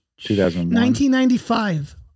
1995